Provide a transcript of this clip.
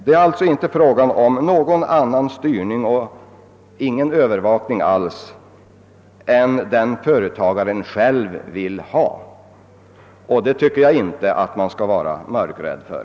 Det är alltså inte fråga om någon annan form av styrning eller övervakning än vad företagaren själv vill ha. Det är inte något som jag tycker att man behöver känna någon fruktan för.